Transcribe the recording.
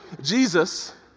Jesus